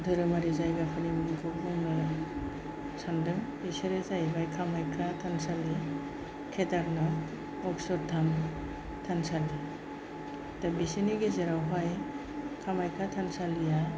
धोरोमारि जायगाफोरनि मुंखौ बुंनो सानदों बेसोरो जाहैबाय कामाख्या थानसालि केदारनाथ अक्षरधाम थानसालि दा बेसोरनि गेजेरावहाय कामाख्या थानसालिया